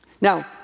Now